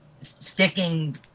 sticking